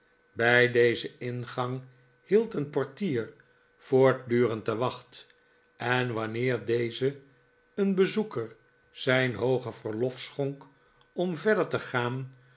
bij dezen ingang hield een portier voortdurend de wacht en wanneer deze een bezoeker zijn hooge verlof schonk om verder te gaan